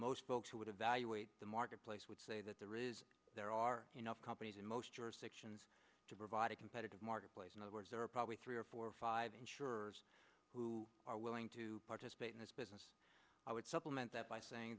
most folks who would evaluate the marketplace would say that there are enough companies in most jurisdictions to provide a competitive marketplace in other words there are probably three or four or five insurers who are willing to participate in this business i would supplement that by saying